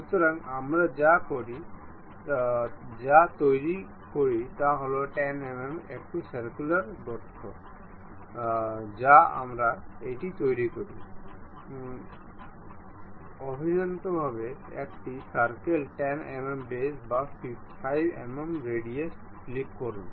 সুতরাং আমরা যা তৈরি করি তা হল 10 mm একটি সার্কুলার গর্ত যা আমরা এটি তৈরি করি অভ্যন্তরীণভাবে একটি সার্কেল 10 mm ব্যাস বা 5 mm রেডিয়াস ক্লিক করুন